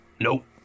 Nope